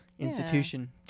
Institution